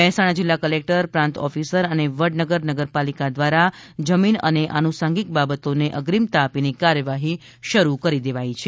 મહેસાણા જિલ્લા કલેકટર પ્રાંત ઓફિસર અને વડનગર નગરપાલિકા દ્વારા જમીન અને આનુસાંગીક બાબતોને અગ્રીમતા આપીને કાર્યવાહી શરૂ કરી દેવાઈ છે